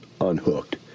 unhooked